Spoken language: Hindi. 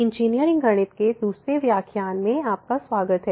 इंजीनियरिंग गणित के दूसरे व्याख्यान में आपका स्वागत है